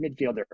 midfielder